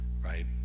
right